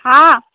हाँ